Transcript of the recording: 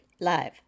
live